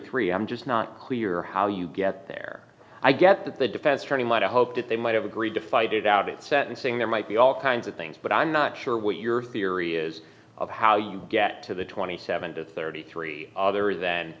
three i'm just not clear how you get there i guess that the defense attorney might hope that they might have agreed to fight it out it said and saying there might be all kinds of things but i'm not sure what your theory is of how you get to the twenty seven to thirty three other th